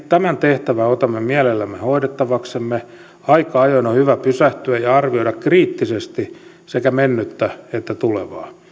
tämän tehtävän otamme mielellämme hoidettavaksemme aika ajoin on hyvä pysähtyä ja arvioida kriittisesti sekä mennyttä että tulevaa